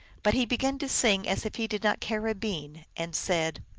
but he began to sing as if he did not care a bean, and said,